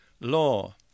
law